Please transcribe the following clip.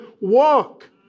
walk